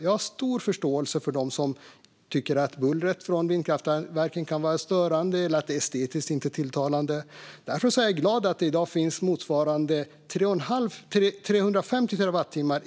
Jag har stor förståelse för dem som tycker att bullret från vindkraftverken kan vara störande eller att det inte är estetiskt tilltalande. Därför är jag glad att det i dag finns motsvarande 350 terawattimmar